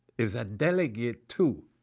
is a delegate to.